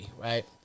Right